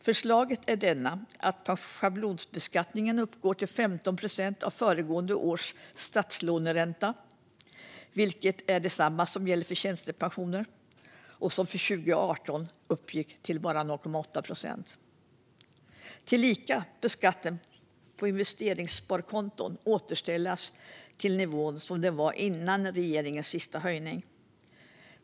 Förslaget är att schablonbeskattningen uppgår till 15 procent av föregående års statslåneränta, vilket är detsamma som gäller för tjänstepensioner och som för 2018 uppgick till bara 0,8 procent. Tillika bör skatten på investeringssparkonton återställas till den nivå som den var på före regeringens senaste höjning.